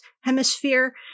hemisphere